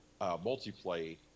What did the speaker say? multiplayer